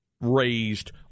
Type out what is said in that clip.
raised